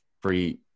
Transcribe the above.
free